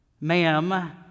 Ma'am